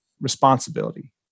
responsibility